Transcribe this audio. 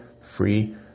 free